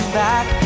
back